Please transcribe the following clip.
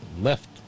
left